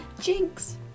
jinx